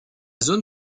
zone